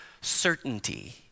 certainty